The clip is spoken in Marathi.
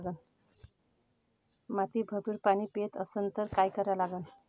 माती भरपूर पाणी पेत असन तर मंग काय करा लागन?